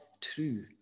true